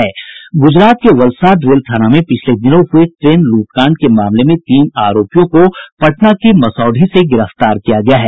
गुजरात के वलसाड रेल थाना में पिछले दिनों हुये ट्रेन लूटकांड के मामले में तीन आरोपियों को पटना के मसौढ़ी से गिरफ्तार किया गया है